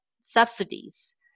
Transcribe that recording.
subsidies